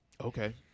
Okay